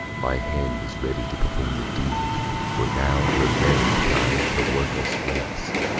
my hand is ready to perform the deed for now her marriage-time shall work us rest.